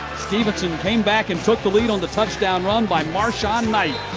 stephenson came back and took the lead on the touchdown run by marson-knight.